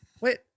wait